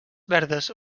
verdes